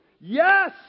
yes